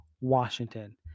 Washington